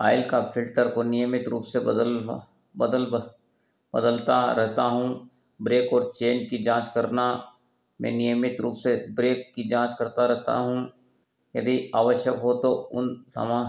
आइल का फ़िल्टर को नियमित रूप से बदलवा बदलवा बदलता रहता हूँ ब्रेक ओर चेन की जाँच करना मैं नियमित रूप से ब्रेक की जाँच करता रहता हूँ यदि आवश्यक हो तो उन समा